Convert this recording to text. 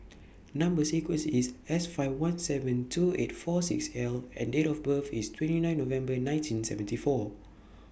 Number sequence IS S five one seven two eight four six L and Date of birth IS twenty nine November nineteen seventy four